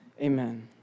Amen